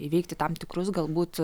įveikti tam tikrus galbūt